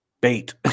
bait